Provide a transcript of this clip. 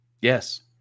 yes